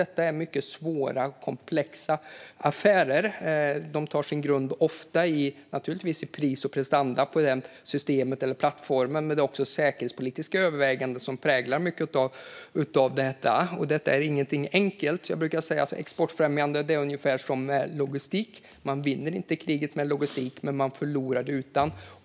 Detta är svåra och komplexa affärer. De har ofta sin grund i pris eller prestanda hos systemet eller plattformen, men det är också säkerhetspolitiska överväganden som präglar mycket av detta. Detta är inget enkelt. Jag brukar säga att med exportfrämjande är det ungefär som med logistik - man vinner inte kriget med logistik, men man förlorar det utan.